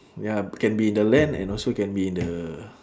ya can be in the land and also can be in the